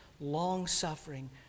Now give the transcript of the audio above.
long-suffering